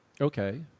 Okay